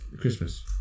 Christmas